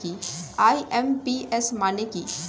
IMPS মানে কি?